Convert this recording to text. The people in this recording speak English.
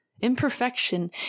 Imperfection